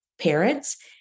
parents